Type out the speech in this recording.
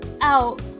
out